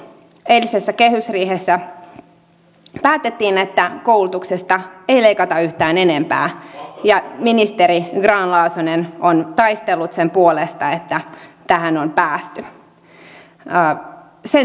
eilisessä kehysriihessä päätettiin että koulutuksesta ei leikata yhtään enempää ja ministeri grahn laasonen on taistellut sen puolesta että tähän on päästy